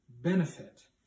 benefit